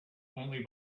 only